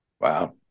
Wow